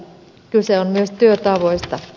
kyse on myös työtavoista